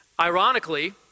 Ironically